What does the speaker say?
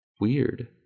Weird